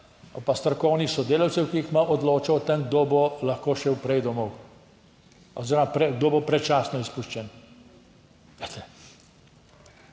pa strokovnih sodelavcev, ki jih ima, odločal o tem, kdo bo lahko šel prej domov oziroma kdo bo predčasno izpuščen.